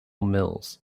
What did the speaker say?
mills